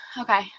Okay